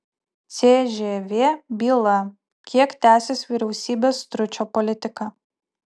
cžv byla kiek tęsis vyriausybės stručio politika